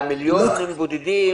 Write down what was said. על מיליונים בודדים?